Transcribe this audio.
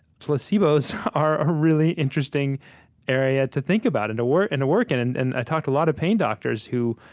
placebos are a really interesting area to think about and to work in, and and and i talk to a lot of pain doctors who,